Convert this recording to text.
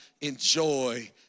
enjoy